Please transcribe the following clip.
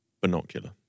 binocular